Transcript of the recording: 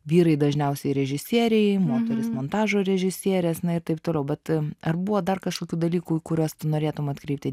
vyrai dažniausiai režisieriai moterys montažo režisierės ir taip toliau bet ar buvo dar kažkokių dalykų kuriuos tu norėtui atkreipti